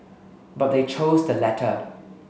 but they chose the latter